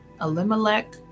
Elimelech